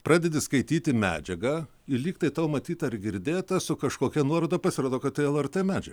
pradedi skaityti medžiagą ir lyg tai tau matyta ar girdėta su kažkokia nuoroda pasirodo kad tai lrt medžiaga